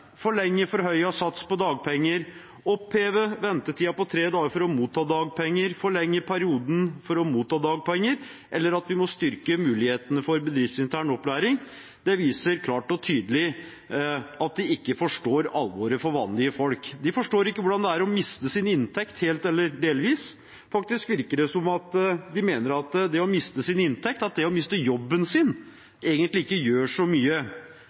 sats på dagpenger, oppheve ventetiden på tre dager for å motta dagpenger, forlenge perioden for å motta dagpenger, eller at vi må styrke mulighetene for bedriftsintern opplæring, viser klart og tydelig at de ikke forstår alvoret for vanlige folk. De forstår ikke hvordan det er å miste sin inntekt helt etter delvis. Faktisk virker det som at de mener at det å miste sin inntekt, det å miste jobben sin, egentlig ikke gjør så mye,